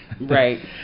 right